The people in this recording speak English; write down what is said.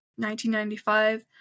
1995